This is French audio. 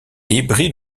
débris